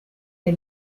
der